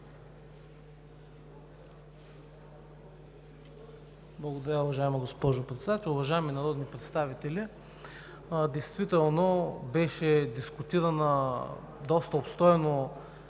Благодаря, уважаема госпожо Председател. Уважаеми народни представители! Действително темата беше дискутирана доста обстойно в този